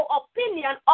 opinion